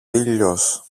ήλιος